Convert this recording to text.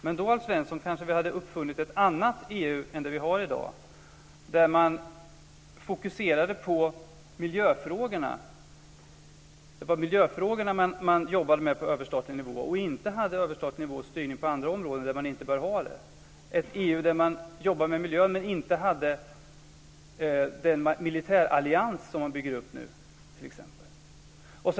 Herr talman! Men då, Alf Svensson, hade vi kanske uppfunnit ett annat EU än det vi har i dag. Vi hade kanske uppfunnit ett EU där man fokuserade på miljöfrågorna. Det skulle vara miljöfrågorna man jobbade med på överstatlig nivå. Man skulle inte ha överstatlig styrning på andra områden, där man inte bör ha det. Det skulle vara ett EU där man jobbar med miljön men inte har den militärallians som man nu bygger upp.